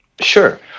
Sure